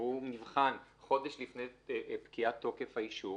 ונבחן חודש לפני תוקף פקיעת האישור,